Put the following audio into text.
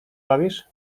bawisz